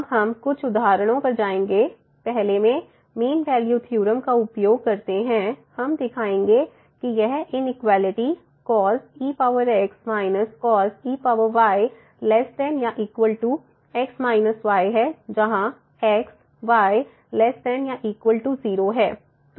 अब हम कुछ उदाहरणों पर जाएँगे पहले में मीन वैल्यू थ्योरम का उपयोग करते हैं हम दिखाएंगे कि यह inequality cos ex−cos ey ≤ x−y जहाँ x y ≤ 0 है